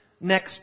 next